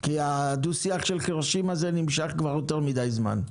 הדו-שיח של חירשים נמשך כבר יותר מדי זמן.